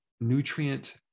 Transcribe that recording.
nutrient